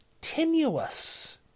tenuous